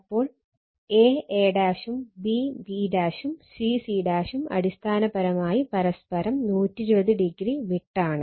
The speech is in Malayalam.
അപ്പോൾ a a ഉം b b ഉം c c ഉം അടിസ്ഥാനപരമായി പരസ്പരം 120o വിട്ടാണ്